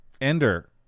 Ender